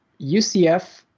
UCF